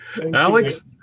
Alex